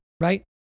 Right